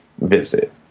visit